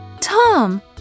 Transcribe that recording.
Tom